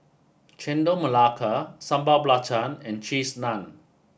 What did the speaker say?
Chendol Melaka Sambal Belacan and Cheese Naan